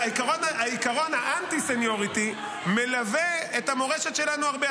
עקרון האנטי-סניוריטי מלווה את המורשת שלנו הרבה.